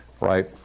right